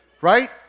right